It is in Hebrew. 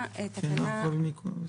ממשיכה בהקראה.